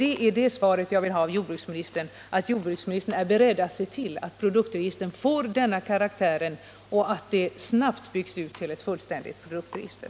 Det är det svaret jag vill ha av jordbruksministern — att jordbruksministern är beredd att se till att produktregistret får den karaktären och att det snabbt byggs ut till ett fullständigt produktregister.